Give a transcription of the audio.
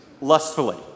lustfully